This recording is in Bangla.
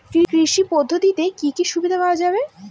কৃষি পদ্ধতিতে কি কি সুবিধা পাওয়া যাবে?